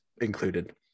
included